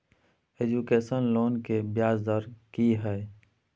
Education loan के ब्याज दर की हय?